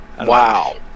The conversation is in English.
Wow